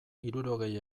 hirurogei